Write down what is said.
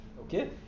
okay